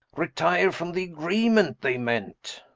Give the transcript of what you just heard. retire from the agreement, they meant.